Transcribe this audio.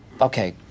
Okay